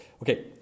Okay